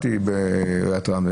תהיי בעיריית רמלה,